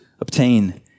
obtain